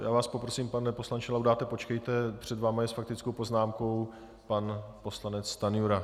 Já vás poprosím, pane poslanče Laudáte, počkejte, před vámi je s faktickou poznámkou pan poslanec Stanjura.